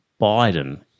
Biden